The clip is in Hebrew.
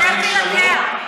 נסתדר בלעדיה.